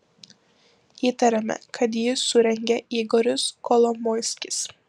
įtariame kad jį surengė igoris kolomoiskis